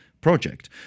project